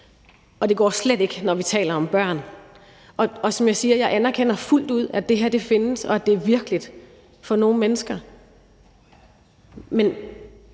og det går slet ikke, når vi taler om børn. Som jeg siger, anerkender jeg fuldt ud, at det her findes, og det er virkeligt for nogle mennesker,